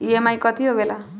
EMI कथी होवेले?